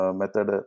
method